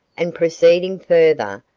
and proceeding further,